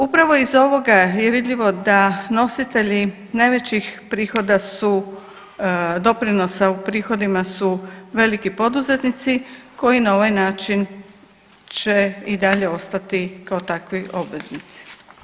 Upravo iz ovoga je vidljivo da nositelji najvećih prihoda su, doprinosa u prihodima su veliki poduzetnici koji na ovaj način će i dalje ostati kao takvi obveznici.